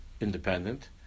independent